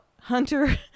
Hunter